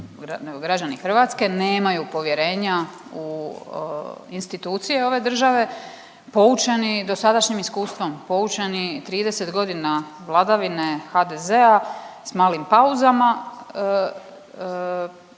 građani Hrvatske nemaju povjerenja u institucije ove države, poučeni dosadašnjim iskustvom, poučeni 30 godina vladavine HDZ-a s malim pauzama